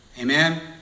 Amen